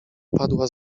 padła